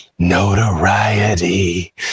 notoriety